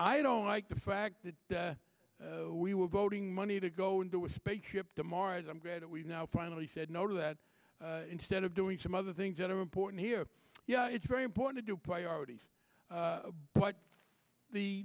i don't like the fact that we were voting money to go into a spaceship to mars i'm glad we now finally said no to that instead of doing some of the things that are important here yes it's very important to do priorities but the